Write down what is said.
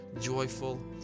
joyful